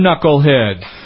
knucklehead